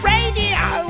Radio